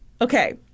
okay